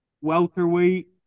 welterweight